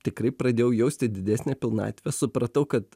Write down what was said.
tikrai pradėjau jausti didesnę pilnatvę supratau kad